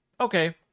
Okay